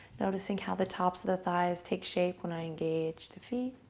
noticing how the tops of the thighs take shape when i engaged the feet.